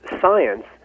science